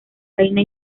reina